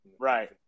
Right